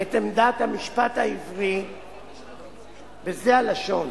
את עמדת המשפט העברי בזה הלשון: